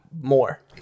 more